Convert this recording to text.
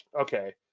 Okay